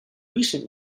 recent